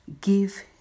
give